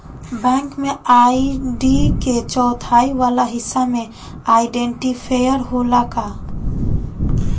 Bank में ID के चौथाई वाला हिस्सा में आइडेंटिफैएर होला का?